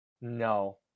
No